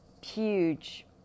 Huge